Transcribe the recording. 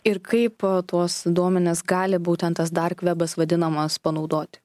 ir kaip tuos duomenis gali būtent tas dark vebas vadinamas panaudoti